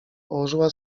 położyła